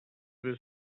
this